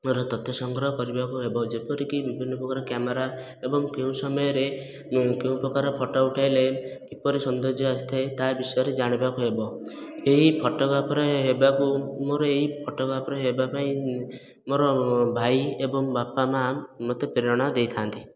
ର ତଥ୍ୟ ସଂଗ୍ରହ କରିବାକୁ ହେବ ଯେପରିକି ବିଭିନ୍ନ ପ୍ରକାର କ୍ୟାମେରା ଏବଂ କେଉଁ ସମୟରେ କେଉଁ ପ୍ରକାର ଫୋଟୋ ଉଠାଇଲେ କିପରି ସୌନ୍ଦର୍ଯ୍ୟ ଆସିଥାଏ ତାହା ବିଷୟରେ ଜାଣିବାକୁ ହେବ ଏହି ଫଟୋଗ୍ରାଫର ହେବାକୁ ମୋର ଏହି ଫଟୋଗ୍ରାଫର ହେବା ପାଇଁ ମୋର ଭାଇ ଏବଂ ବାପା ମା' ମୋତେ ପ୍ରେରଣା ଦେଇଥାନ୍ତି